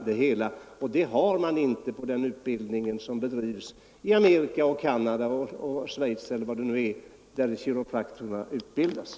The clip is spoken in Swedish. Detta har man inte vid den utbildning som bedrivs i Amerika, Canada och Schweiz eller var de nu kan få sin utbildning.